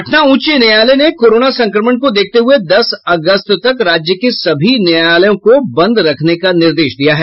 पटना उच्च न्यायालय ने कोरोना संक्रमण को देखते हुये दस अगस्त तक राज्य के सभी न्यायालयों को बंद रखने का निर्देश दिया है